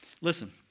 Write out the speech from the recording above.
Listen